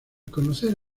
conocer